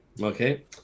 okay